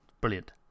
brilliant